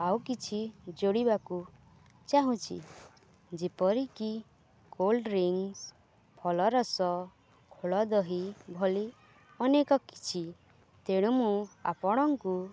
ଆଉ କିଛି ଯୋଡ଼ିବାକୁ ଚାହୁଁଛି ଯେପରିକି କୋଲ୍ଡ୍ରିଙ୍କସ୍ ଫଲରସ ଘୋଳଦହି ଭଳି ଅନେକ କିଛି ତେଣୁ ମୁଁ ଆପଣଙ୍କୁ